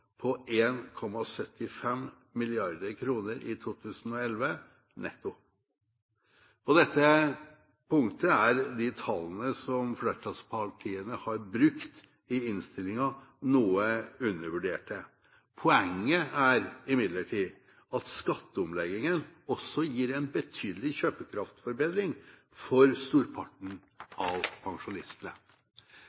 på 1,75 mrd. kr netto i 2011. På dette punktet er de tallene som flertallspartiene har brukt i innstillingen, noe undervurdert. Poenget er imidlertid at skatteomleggingen også gir en betydelig kjøpekraftsforbedring for storparten